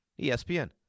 ESPN